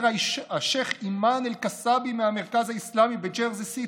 אומר השייח' אימאן אל-קסאבי מהמרכז האסלאמי בג'רזי סיטי,